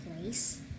place